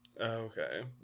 Okay